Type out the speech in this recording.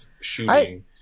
shooting